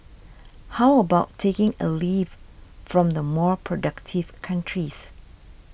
how about taking a leaf from the more productive countries